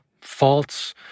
faults